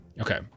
Okay